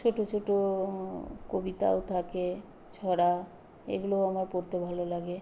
ছোটো ছোটো কবিতাও থাকে ছড়া এগুলোও আমার পড়তে ভালো লাগে